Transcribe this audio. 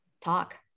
talk